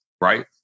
right